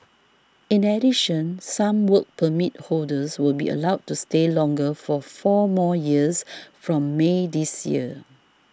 in addition some Work Permit holders will be allowed to stay longer for four more years from May this year